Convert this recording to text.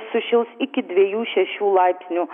sušils iki dviejų šešių laipsnių